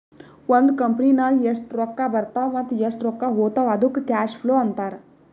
ಒಂದ್ ಕಂಪನಿನಾಗ್ ಎಷ್ಟ್ ರೊಕ್ಕಾ ಬರ್ತಾವ್ ಮತ್ತ ಎಷ್ಟ್ ರೊಕ್ಕಾ ಹೊತ್ತಾವ್ ಅದ್ದುಕ್ ಕ್ಯಾಶ್ ಫ್ಲೋ ಅಂತಾರ್